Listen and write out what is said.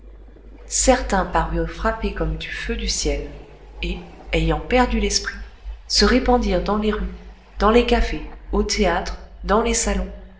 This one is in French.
certains parurent frappés comme du feu du ciel et ayant perdu l'esprit se répandirent dans les rues dans les cafés au théâtre dans les salons